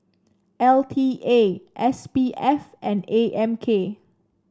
L T A S P F and A M K